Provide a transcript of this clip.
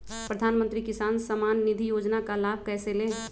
प्रधानमंत्री किसान समान निधि योजना का लाभ कैसे ले?